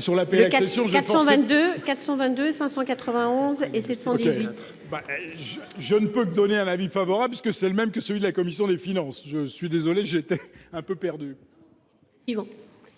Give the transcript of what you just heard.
422 591 et 78. Je ne peux que donner un avis favorable parce que c'est le même que celui de la commission des finances, je suis désolé, j'étais un peu perdu. Il vont